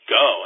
go